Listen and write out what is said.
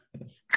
yes